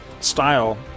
style